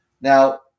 now